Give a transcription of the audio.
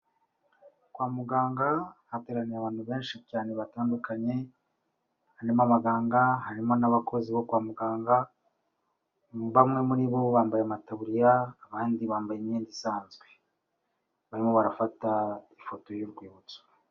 Kwa muganga, hateraniye abantu benshi cyane batandukanye, harimo abaganga harimo n'abakozi bo kwa muganga, bamwe muri bo bambaye amataburiya, abandi bambaye imyenda isanzwe. Barimo barafata ifoto y'urwibutso.